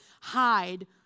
hide